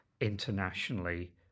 internationally